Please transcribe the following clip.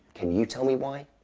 can you tell me why?